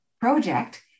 project